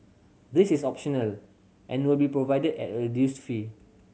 this is optional and will be provided at a reduced fee